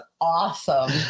awesome